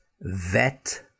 Vet